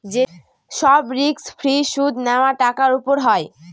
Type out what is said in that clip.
যে সব risk free সুদ নেওয়া টাকার উপর হয়